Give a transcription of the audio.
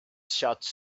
shots